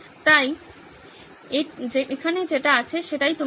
তাই এখানে যেটা আছে সেটাই তুমি বলছো